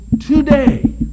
today